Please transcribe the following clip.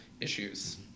issues